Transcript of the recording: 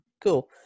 Cool